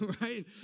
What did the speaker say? right